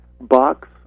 box